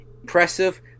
impressive